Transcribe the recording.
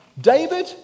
David